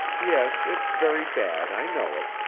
yes, it's very bad, i know it.